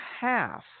half